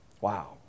Wow